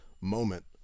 moment